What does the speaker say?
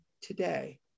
today